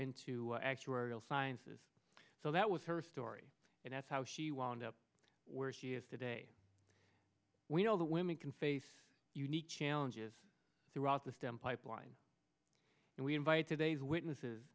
into actuarial science is so that was her story and that's how she wound up where she is today we know that women can face unique challenges throughout the stem pipeline and we invite today's witnesses